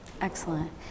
Excellent